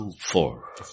four